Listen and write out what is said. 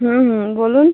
হুম হুম বলুন